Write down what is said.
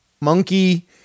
Monkey